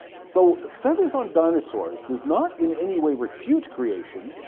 so feathers on dinosaurs does not in any way refute creation,